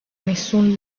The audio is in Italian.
nessun